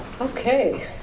Okay